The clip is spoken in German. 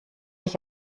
ich